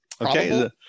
Okay